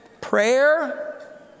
Prayer